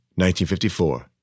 1954